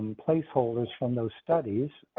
placeholders from those studies